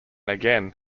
again